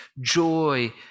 joy